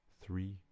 three